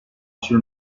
sul